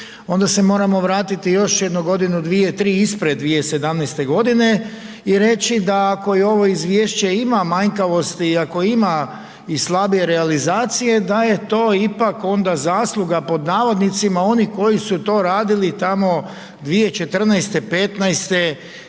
onda se moramo vratiti još jedno godinu, dvije, tri ispred 2017. godine i reći da ako i ovo izvješće ima manjkavosti i ako i ima slabije realizacije da je to ipak onda zasluga pod navodnicima onih koji su to radili tamo 2014., '15. i